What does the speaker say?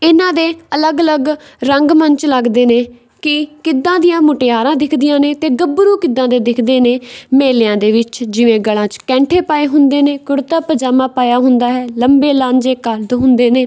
ਇਹਨਾਂ ਦੇ ਅਲੱਗ ਅਲੱਗ ਰੰਗ ਮੰਚ ਲੱਗਦੇ ਨੇ ਕਿ ਕਿੱਦਾਂ ਦੀਆਂ ਮੁਟਿਆਰਾਂ ਦਿਖਦੀਆਂ ਨੇ ਅਤੇ ਗੱਭਰੂ ਕਿੱਦਾਂ ਦੇ ਦਿਖਦੇ ਨੇ ਮੇਲਿਆਂ ਦੇ ਵਿੱਚ ਜਿਵੇਂ ਗਲਾਂ 'ਚ ਕੈਂਠੇ ਪਾਏ ਹੁੰਦੇ ਨੇ ਕੁੜਤਾ ਪਜਾਮਾ ਪਾਇਆ ਹੁੰਦਾ ਹੈ ਲੰਬੇ ਲਾਂਝੇ ਕੱਦ ਹੁੰਦੇ ਨੇ